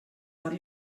are